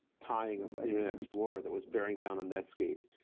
tying of internet explorer that was bearing down on netscape,